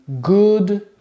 good